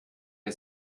der